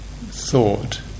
thought